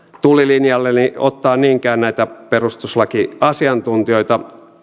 tulilinjalleni ottaa niinkään näitä perustuslakiasiantuntijoita